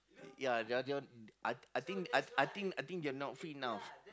ya that one that one I I think I think I think they are not free now